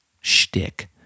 shtick